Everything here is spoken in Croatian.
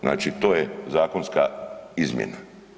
Znači to je zakonska izmjena.